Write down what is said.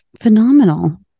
phenomenal